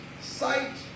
sight